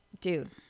dude